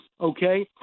okay